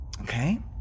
Okay